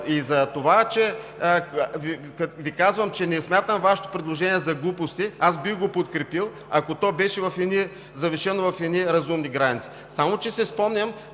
казвам, че не смятам Вашето предложение за глупости. Аз бих подкрепил, ако то беше завишено в разумни граници.